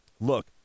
look